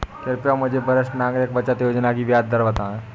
कृपया मुझे वरिष्ठ नागरिक बचत योजना की ब्याज दर बताएं?